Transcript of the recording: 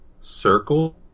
circle